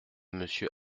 monsieur